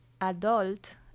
adult